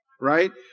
right